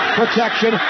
protection